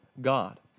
God